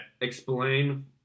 Explain